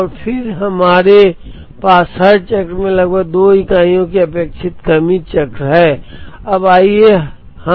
और फिर लीड समय की मांग के वितरण के आधार पर रिकॉर्डर स्तर की गणना करें और इसका उपयोग करें ताकि समग्र लागत कम से कम हो